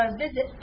visit